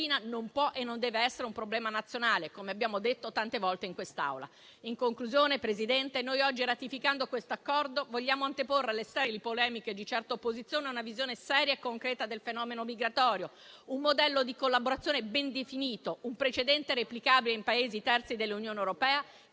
non può e non deve essere un problema nazionale, come abbiamo detto tante volte in quest'Aula. In conclusione, signor Presidente, oggi, ratificando questo accordo, vogliamo anteporre alle sterili polemiche di certa opposizione una visione seria e concreta del fenomeno migratorio, un modello di collaborazione ben definito, un precedente replicabile in Paesi terzi dell'Unione europea,